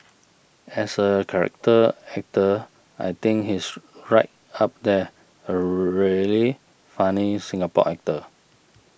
as a character actor I think he is right up there a really funny Singapore actor